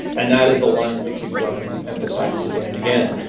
and that is the line that the cuban government emphasises again and again.